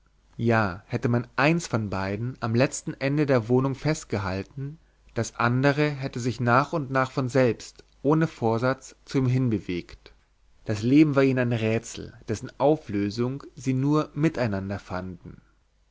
ja hätte man eins von beiden am letzten ende der wohnung festgehalten das andere hätte sich nach und nach von selbst ohne vorsatz zu ihm hinbewegt das leben war ihnen ein rätsel dessen auflösung sie nur miteinander fanden